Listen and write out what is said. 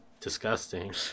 disgusting